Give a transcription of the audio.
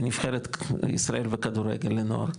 לנבחרת ישראל בכדורגל לנוער,